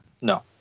No